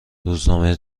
روزنامه